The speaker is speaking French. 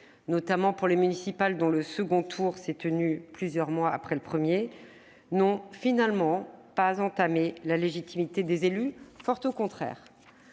notamment pour les municipales, dont le second tour s'est tenu plusieurs mois après le premier -, n'ont finalement pas entamé la légitimité des élus, fort au contraire.